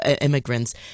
immigrants